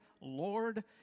Lord